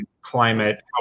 climate